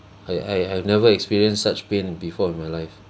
I I I've never experienced such pain before in my life